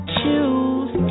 choose